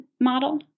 model